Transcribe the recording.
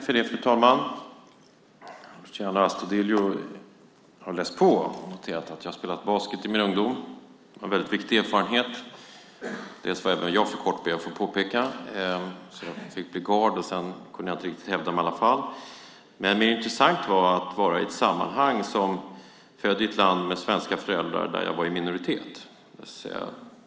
Fru talman! Luciano Astudillo har läst på och noterat att jag har spelat basket i min ungdom. Det är en väldigt viktig erfarenhet. Jag ber att få påpeka att även jag var för kort. Jag fick därför bli gard. Sedan kunde jag inte riktigt hävda mig i alla fall. Men det som var mer intressant var att jag, född i Sverige med svenska föräldrar, var i ett sammanhang där jag var i minoritet.